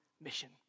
mission